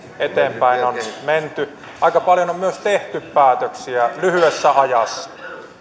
eteenpäin on menty aika paljon on myös tehty päätöksiä lyhyessä ajassa